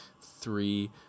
three